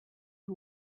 and